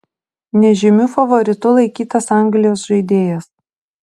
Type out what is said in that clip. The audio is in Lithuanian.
nežymiu favoritu laikytas anglijos žaidėjas